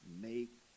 make